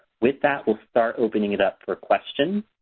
with that, we'll start opening it up for questions.